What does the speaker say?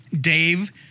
Dave